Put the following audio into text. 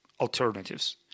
alternatives